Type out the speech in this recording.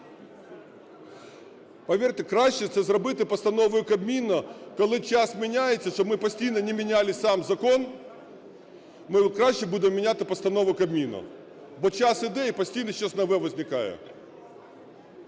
Повірте, краще це зробити постановою Кабміну, коли час міняється, щоб ми постійно не міняли сам закон, ми краще будемо міняти постанову Кабміну, бо час йде, і постійно щось нове возникає.